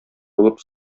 булып